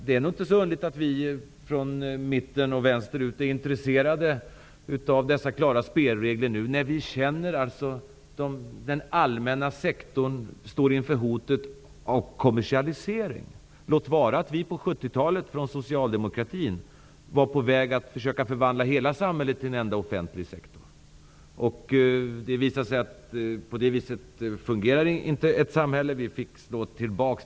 Det är nog inte så underligt att vi mitten och vänsterpolitiker är intresserade av dessa klara spelregler när vi känner att den allmänna sektorn hotas av kommersialisering -- låt vara att socialdemokratin på 70-talet var på väg att förvandla hela samhället till en enda offentlig sektor. Det visade sig att ett samhälle inte kan fungera på det sättet. Vi fick stå tillbaks.